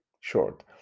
short